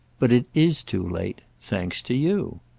but it is too late. thanks to you!